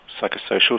psychosocial